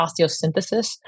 osteosynthesis